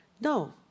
No